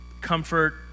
comfort